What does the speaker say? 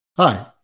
Hi